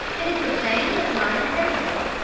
it is the same with modern criminals.